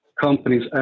companies